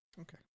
Okay